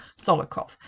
Solokov